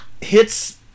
hits